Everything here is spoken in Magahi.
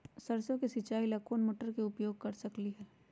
सरसों के सिचाई ला कोंन मोटर के उपयोग कर सकली ह?